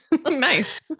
Nice